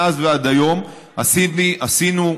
מאז ועד היום עשיתי ועשינו,